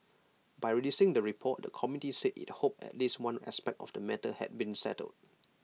by releasing the report the committee said IT hoped at least one aspect of the matter had been settled